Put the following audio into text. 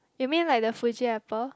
you mean like the Fuji apple